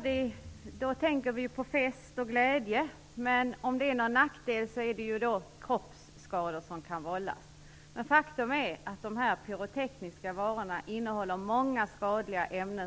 fyrverkerier tänker vi på fest och glädje. Men en nackdel är att kroppskador kan vållas. Faktum är att dessa pyrotekniska varor innehåller många skadliga ämnen.